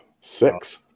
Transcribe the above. Six